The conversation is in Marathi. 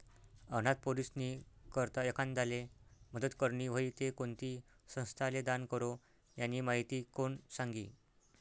अनाथ पोरीस्नी करता एखांदाले मदत करनी व्हयी ते कोणती संस्थाले दान करो, यानी माहिती कोण सांगी